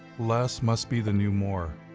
less must be the new more